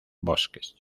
bosques